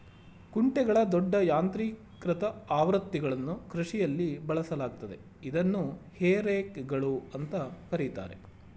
ಕುಂಟೆಗಳ ದೊಡ್ಡ ಯಾಂತ್ರೀಕೃತ ಆವೃತ್ತಿಗಳನ್ನು ಕೃಷಿಯಲ್ಲಿ ಬಳಸಲಾಗ್ತದೆ ಇದನ್ನು ಹೇ ರೇಕ್ಗಳು ಅಂತ ಕರೀತಾರೆ